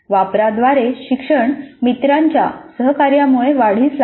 वापराद्वारे शिक्षण मित्रांच्या सहकार्यामुळे वाढीस लागते